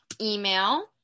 email